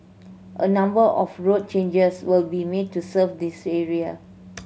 a number of road changes will be made to serve this area